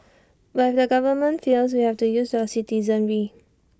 but if the government fails we have to use the citizenry